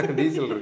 diesel